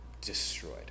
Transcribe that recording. destroyed